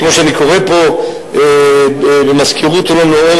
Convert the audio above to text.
כמו שאני קורא פה, ומזכירות אלון-מורה.